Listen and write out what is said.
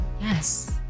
Yes